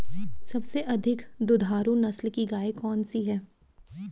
सबसे अधिक दुधारू नस्ल की गाय कौन सी है?